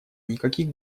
никаких